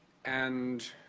and